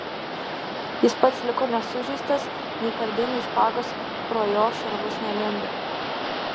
jis pats liko nesužeistas nei kardai nei špagos pro jo šarvus nelindo